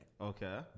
Okay